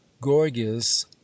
gorgias